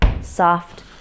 soft